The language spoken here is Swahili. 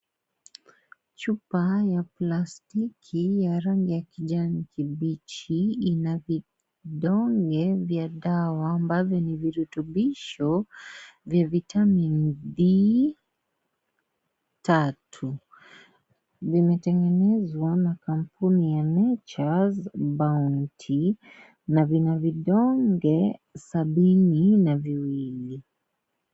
Chupa ya plastiki ya rangi ya kijani kibichi. Ina vidonge vya dawa ambavyo ni virutubisho vya Vitamin D3 , vimetengenezwa na kampuni ya Nature's Bounty, na vina vidonge sabini na viwili.